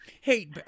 Hey